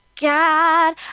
god